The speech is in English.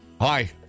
Hi